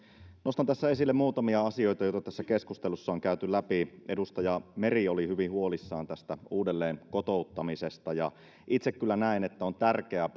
nostan esille muutamia asioita joita tässä keskustelussa on käyty läpi edustaja meri oli hyvin huolissaan tästä uudelleenkotouttamisesta ja itse kyllä näen että on tärkeää